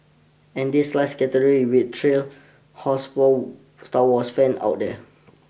and this last category will thrill houseproud Star Wars fans out there